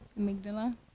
Amygdala